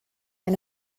and